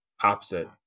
opposite